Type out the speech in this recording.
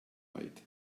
fight